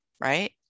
Right